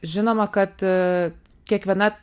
žinoma kad kiekviena